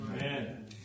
Amen